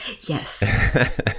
yes